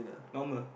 normal